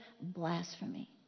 blasphemy